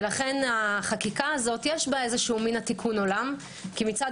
לכן החקיקה הזו יש בה מן תיקון העולם כי מצד